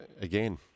again